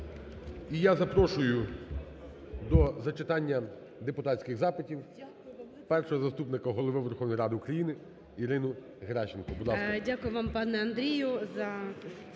я запрошую до зачитання депутатських запитів Першого заступника Голови Верховної Ради України Ірину Геращенко.